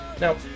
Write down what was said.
Now